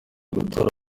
gutora